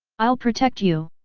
i'll protect you!